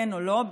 כן או לא.